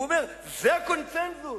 הוא אומר שזה הקונסנזוס.